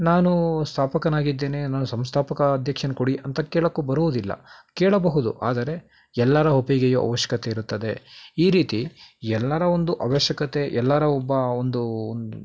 ನಾನು ಸ್ಥಾಪಕನಾಗಿದ್ದೇನೆ ನಾನು ಸಂಸ್ಥಾಪಕ ಅಧ್ಯಕ್ಷನ್ನ ಕೊಡಿ ಅಂತ ಕೇಳೋಕ್ಕೂ ಬರುವುದಿಲ್ಲ ಕೇಳಬಹುದು ಆದರೆ ಎಲ್ಲರ ಒಪ್ಪಿಗೆಯ ಔಶ್ಕತೆ ಇರುತ್ತದೆ ಈ ರೀತಿ ಎಲ್ಲರ ಒಂದು ಅವಶ್ಯಕತೆ ಎಲ್ಲರ ಒಬ್ಬ ಒಂದು